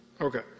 Okay